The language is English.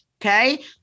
okay